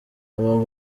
abo